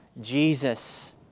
Jesus